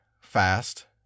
FAST